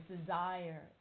desire